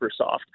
Microsoft